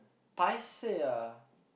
paiseh ah